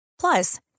Plus